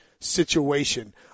situation